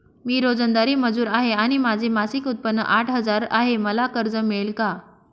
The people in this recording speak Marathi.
मी रोजंदारी मजूर आहे आणि माझे मासिक उत्त्पन्न आठ हजार आहे, मला कर्ज मिळेल का?